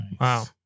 Wow